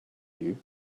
you